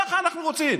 ככה אנחנו רוצים,